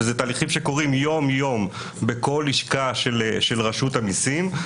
וזה תהליכים שקורים יום-יום בכל לשכה של רשות המסים.